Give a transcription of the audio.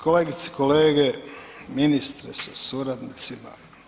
Kolegice i kolege, ministre sa suradnicima.